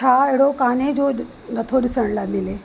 छा अहिड़ो काने जो नथो ॾिसण लाइ मिले